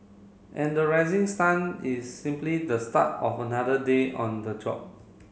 and the rising sun is simply the start of another day on the job